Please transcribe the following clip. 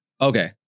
Okay